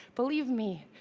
believe me,